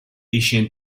ancient